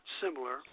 similar